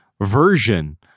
version